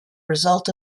result